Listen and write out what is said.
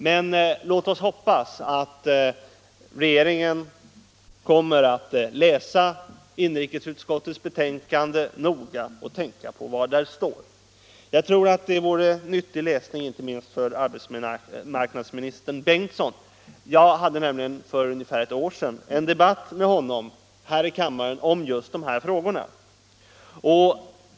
Men låt oss hoppas att regeringen noga kommer att läsa inrikesutskottets betänkande och tänka på vad där står. Jag tror att det vore nyttig läsning, inte minst för arbetsmarknadsministern Bengtsson. Jag hade nämligen för ungefär ett år sedan en debatt med honom här i kammaren om just dessa frågor.